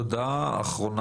תודה רבה.